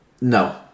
no